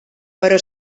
però